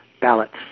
ballots